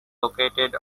located